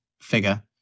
figure